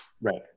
Right